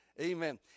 Amen